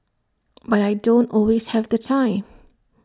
but I don't always have the time